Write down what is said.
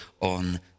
on